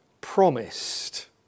promised